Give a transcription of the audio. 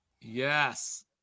Yes